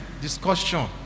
discussion